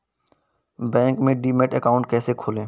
Bank में demat account कैसे खोलें?